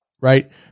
right